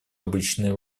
обычные